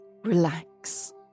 relax